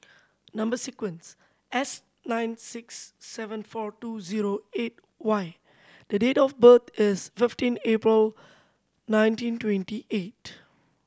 number sequence S nine six seven four two zero eight Y the date of birth is fifteen April nineteen twenty eight